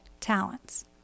talents